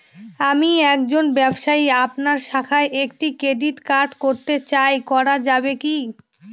আমি একজন ব্যবসায়ী আপনার শাখায় একটি ক্রেডিট কার্ড করতে চাই করা যাবে কি?